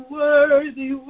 worthy